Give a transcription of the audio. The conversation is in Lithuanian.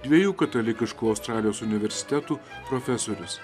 dviejų katalikiškų australijos universitetų profesorius